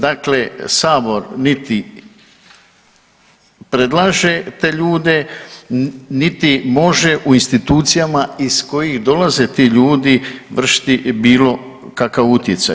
Dakle, Sabor niti predlaže te ljude, niti može u institucijama iz kojih dolaze ti ljudi vršiti bilo kakav utjecaj.